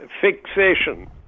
fixation